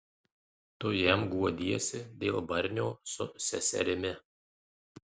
tu jam guodiesi dėl barnio su seserimi